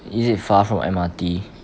is it far from M_R_T